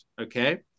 Okay